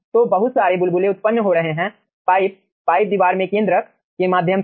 तो बहुत सारे बुलबुले उत्पन्न हो रहे हैं पाइप पाइप दीवार में केंद्रक के माध्यम से